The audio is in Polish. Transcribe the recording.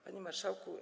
Panie Marszałku!